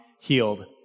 healed